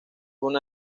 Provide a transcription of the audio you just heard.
una